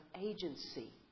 agency